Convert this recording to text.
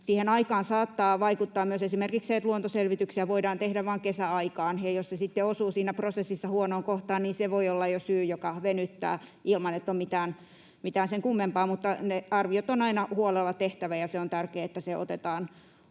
Aikaan saattaa vaikuttaa myös esimerkiksi se, että luontoselvityksiä voidaan tehdä vain kesäaikaan, ja jos se sitten osuu siinä prosessissa huonoon kohtaan, niin se voi olla jo syy, joka venyttää ilman, että on mitään sen kummempaa. Mutta ne arviot on aina huolella tehtävä, ja se on tärkeää, että se otetaan huomioon.